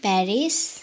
Paris